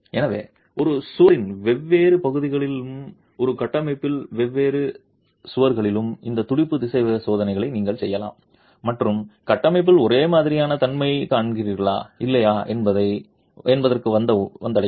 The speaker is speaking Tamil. எனவே ஒரு சுவரின் வெவ்வேறு பகுதிகளிலும் ஒரு கட்டமைப்பில் வெவ்வேறு சுவர்களிலும் இந்த துடிப்பு திசைவேக சோதனைகளை நீங்கள் செய்யலாம் மற்றும் கட்டமைப்பில் ஒரே மாதிரியான தன்மையைக் காண்கிறீர்களா இல்லையா என்பதை வந்தடையும்